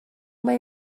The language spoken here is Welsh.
mae